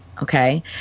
Okay